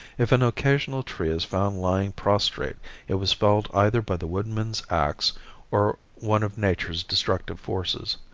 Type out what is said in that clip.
if an occasional tree is found lying prostrate it was felled either by the woodman's ax or one of nature's destructive forces,